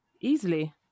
easily